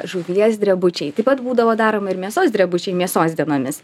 žuvies drebučiai taip pat būdavo daroma ir mėsos drebučiai mėsos dienomis